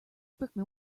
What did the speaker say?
brickman